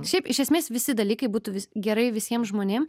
šiaip iš esmės visi dalykai būtų vis gerai visiem žmonėm